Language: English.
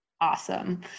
Awesome